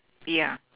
ya